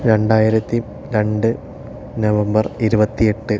രണ്ടായിരത്തി രണ്ട് നവംബർ ഇരുപത്തി എട്ട്